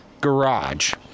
garage